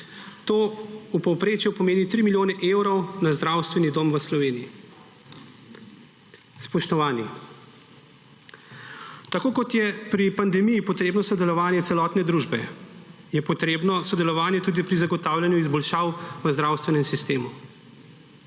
To v povprečju pomeni 3 milijone evrov na zdravstveni dom v Sloveniji. Spoštovani! Tako kot je pri pandemiji potrebno sodelovanje celotne družbe, je potrebno sodelovanje tudi pri zagotavljanju izboljšav v zdravstvenem sistemu.